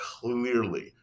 clearly